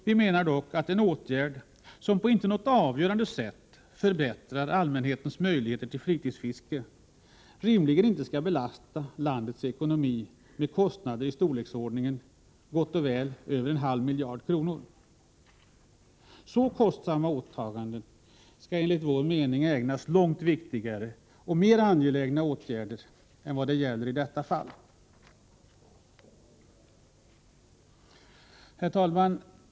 Vi menar dock att en åtgärd som inte på något avgörande sätt förbättrar allmänhetens möjligheter till fritidsfiske rimligen inte skall belasta landets ekonomi med kostnader i storleksordningen säkerligen över en halv miljard kronor. Så kostsamma åtaganden skall enligt vår mening ägnas långt viktigare och mer angelägna åtgärder än vad det handlar om i detta fall. Herr talman!